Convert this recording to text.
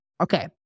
Okay